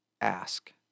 ask